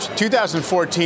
2014